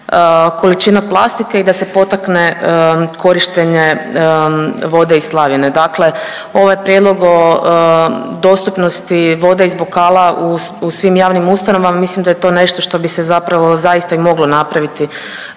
količina plastike i da se potakne korištenje vode iz slavine. Dakle, ovaj prijedlog o dostupnosti vode iz bokala u svim javnim ustanovama mislim da je to nešto što bi se zapravo zaista i moglo napraviti